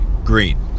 green